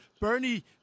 Bernie